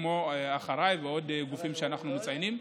כמו אחריי ועוד גופים שאנחנו מציינים.